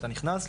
אתה נכנס,